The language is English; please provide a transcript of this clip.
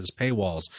paywalls